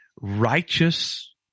Righteous